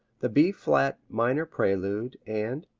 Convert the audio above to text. the b flat minor prelude, and,